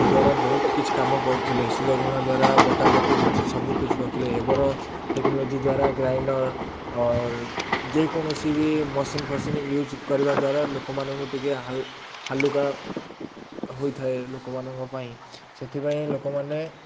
ଦ୍ୱାରା ବହୁତ କିଛି କାମ କରୁଥିଲେ ଶିଳ ଘୋଉଣା ଦ୍ୱାରା ବଟା ବଟି ଜିନିଷ ସବୁ କିଛି କରୁଥିଲେ ଏବର ଟେକ୍ନୋଲୋଜି ଦ୍ୱାରା ଗ୍ରାଇଣ୍ଡର୍ ଯେକୌଣସି ବି ମେସିନ୍ ଫସିନ୍ ୟୁଜ୍ କରିବା ଦ୍ୱାରା ଲୋକମାନଙ୍କୁ ଟିକେ ହାଲୁକା ହୋଇଥାଏ ଲୋକମାନଙ୍କ ପାଇଁ ସେଥିପାଇଁ ଲୋକମାନେ